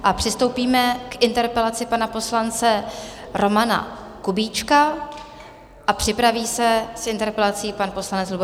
A přistoupíme k interpelaci pana poslance Romana Kubíčka a připraví se s interpelací pan poslanec Lubomír Metnar.